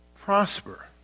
prosper